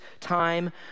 time